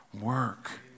work